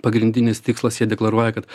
pagrindinis tikslas jie deklaruoja kad